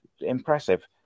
impressive